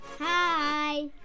hi